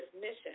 mission